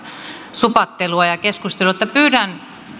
supattelua ja keskustelua pyydän